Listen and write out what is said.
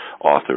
author